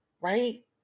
right